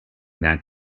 that